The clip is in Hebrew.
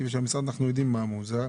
כי במשרד אנחנו יודעים מה מאוזן,